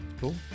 Cool